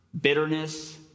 bitterness